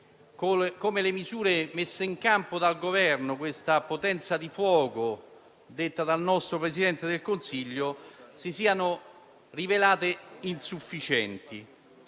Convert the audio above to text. come le misure messe in campo dal Governo, potenza di fuoco secondo il nostro Presidente del Consiglio, si siano rivelate insufficienti.